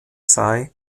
sei